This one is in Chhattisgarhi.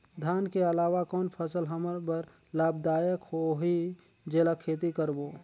धान के अलावा कौन फसल हमर बर लाभदायक होही जेला खेती करबो?